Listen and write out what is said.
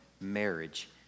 marriage